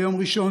ביום ראשון,